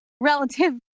relative